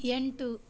ಎಂಟು